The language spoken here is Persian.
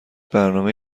برنامه